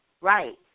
Right